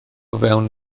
fewn